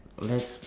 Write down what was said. let's